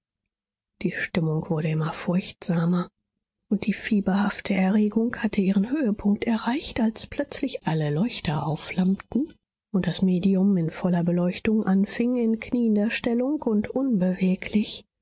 die stimmung wurde immer furchtsamer und die fieberhafte erregung hatte ihren höhepunkt erreicht als plötzlich alle leuchter aufflammten und das medium in voller beleuchtung anfing in knieender stellung und unbeweglich